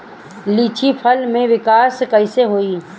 लीची फल में विकास कइसे होई?